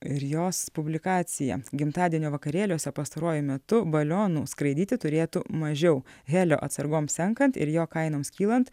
ir jos publikacija gimtadienio vakarėliuose pastaruoju metu balionų skraidyti turėtų mažiau helio atsargoms senkant ir jo kainoms kylant